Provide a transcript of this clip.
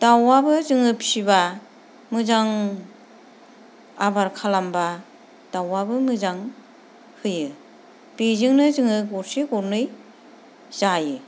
दाउआबो जों फिसिब्ला मोजां आबोर खालामब्ला दाउआबो मोजां होयो बोजोंनो जोङो गरसेे गरनै जायो